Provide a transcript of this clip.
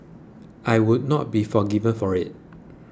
I would not be forgiven for it